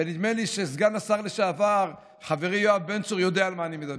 ונדמה לי שסגן השר לשעבר חברי יואב בן צור יודע על מה אני מדבר.